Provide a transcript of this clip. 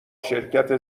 شرکت